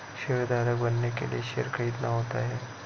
शेयरधारक बनने के लिए शेयर खरीदना होता है